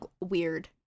weird